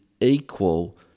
equal